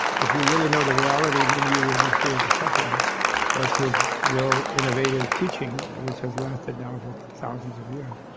if you really know the reality, then you will be free of the suffering was his real innovative teaching, which has lasted now for thousands of years.